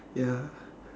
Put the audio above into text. ya